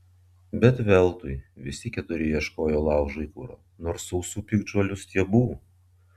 bet veltui visi keturi ieškojo laužui kuro nors sausų piktžolių stiebų